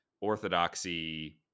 orthodoxy